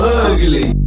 ugly